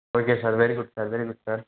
okay sir very good sir very good sir